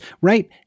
right